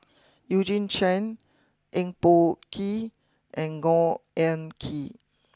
Eugene Chen Eng Boh Kee and Khor Ean Ghee